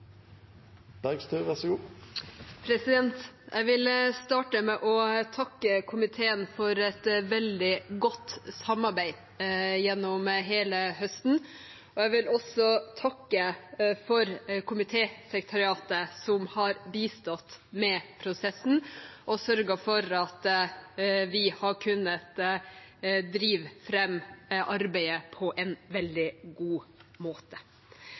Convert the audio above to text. Jeg vil starte med å takke komiteen for et veldig godt samarbeid gjennom hele høsten. Jeg vil også takke komitésekretariatet, som har bistått med prosessen og sørget for at vi har kunnet drive fram arbeidet på en veldig god måte.